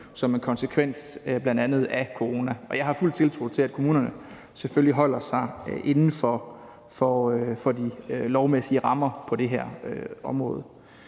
som en konsekvens bl.a. af corona. Jeg har fuld tiltro til, at kommunerne selvfølgelig holder sig inden for de lovmæssige rammer på det her område.